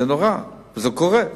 זה נורא, וזה קורה.